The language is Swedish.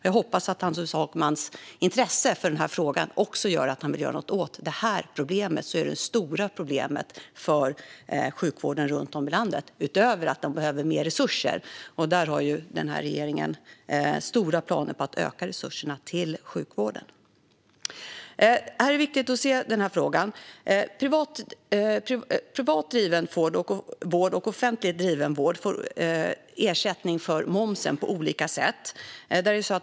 Jag hoppas att Hampus Hagmans intresse för den här frågan också gör att han vill göra något åt det här problemet, som är det stora problemet för sjukvården runtom i landet, utöver att den behöver mer resurser. Den här regeringen har ju stora planer på att öka resurserna till sjukvården. Privat driven vård och offentligt driven vård får ersättning för momsen på olika sätt.